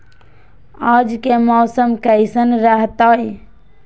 आज के मौसम कैसन रहताई?